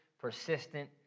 persistent